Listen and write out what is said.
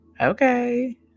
okay